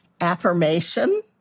Affirmation